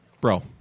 Bro